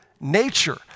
nature